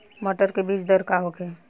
मटर के बीज दर का होखे?